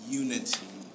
unity